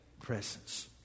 presence